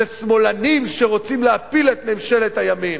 זה שמאלנים שרוצים להפיל את ממשלת הימין.